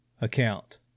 account